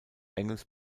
engels